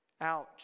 Ouch